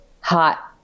hot